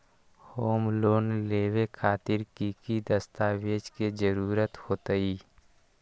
Home loan लेबे खातिर की की दस्तावेज के जरूरत होतई?